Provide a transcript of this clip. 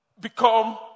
become